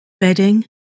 bedding